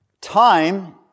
Time